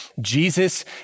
Jesus